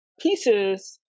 pieces